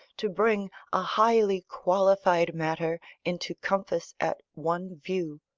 to bring a highly qualified matter into compass at one view.